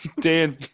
Dan